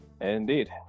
Indeed